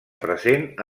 present